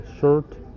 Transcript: shirt